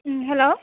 hello